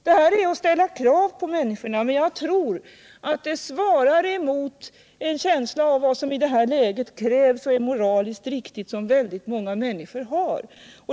Det här är att ställa krav på människor, men jag tror att det svarar mot en känsla av vad som i det här läget krävs och är moraliskt riktigt som väldigt många människor har.